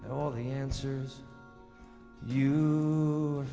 all the answers you